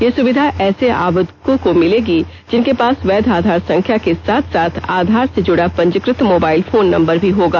यह सुविधा ऐसे आवेदकों को मिलेगी जिनके पास वैध आधार संख्या के साथ साथ आधार से जुडा पंजीकृत मोबाइल फोन नम्बर भी होगा